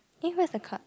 eh where's the card